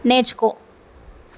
నేర్చుకో